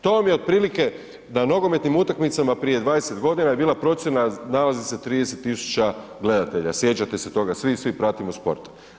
To vam je otprilike da na nogometnim utakmicama prije 20.g. je bila procjena nalazi se 30 000 gledatelja, sjećate se toga, svi, svi pratimo sport.